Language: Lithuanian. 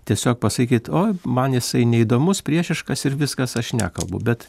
tiesiog pasakyt oi man jisai neįdomus priešiškas ir viskas aš nekalbu bet